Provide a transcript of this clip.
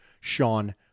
Sean